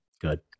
Good